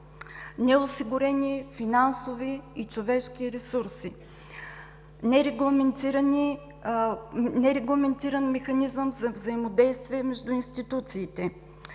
неосигурени финансови и човешки ресурси, нерегламентиран механизъм за взаимодействие между институциите,